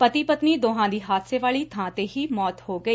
ਪਤੀ ਪਤਨੀ ਦੋਹਾਂ ਦੀ ਹਾਦਸੇ ਵਾਲੀ ਥਾਂ ਤੇ ਮੌਂਤ ਹੋ ਗਈ